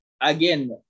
again